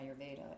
Ayurveda